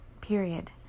period